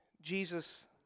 Jesus